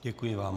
Děkuji vám.